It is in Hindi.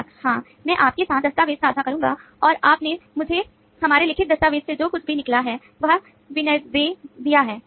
ग्राहक हाँ मैं आपके साथ दस्तावेज़ साझा करूँगा और आपने मुझे हमारे लिखित दस्तावेज़ से जो कुछ भी निकाला है वह विनिर्देश दिया है